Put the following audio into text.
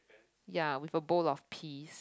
ya with a bowl of peas